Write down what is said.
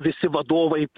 visi vadovai